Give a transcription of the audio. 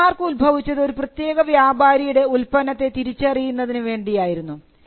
trade mark ഉത്ഭവിച്ചത് ഒരു പ്രത്യേക വ്യാപാരിയുടെ ഉൽപ്പന്നത്തെ തിരിച്ചറിയുന്നതിനു വേണ്ടിയായിരുന്നു